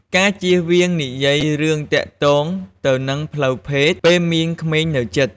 ការជៀសវាងនិយាយរឿងទាក់ទងទៅនឹងផ្លូវភេទ ពេលមានក្មេងនៅជិត។